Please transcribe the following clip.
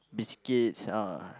biscuits ah